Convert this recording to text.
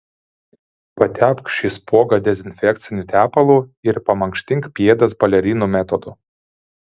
patepk šį spuogą dezinfekciniu tepalu ir pamankštink pėdas balerinų metodu